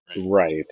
Right